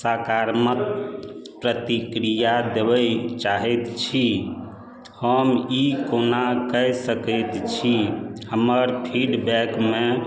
सकारात्मक प्रतिक्रिया देबय चाहैत छी हम ई कोना कै सकैत छी हमर फीडबैकमे